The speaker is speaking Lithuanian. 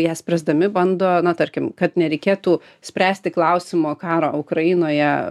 jas spręsdami bando na tarkim kad nereikėtų spręsti klausimo karo ukrainoje